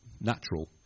natural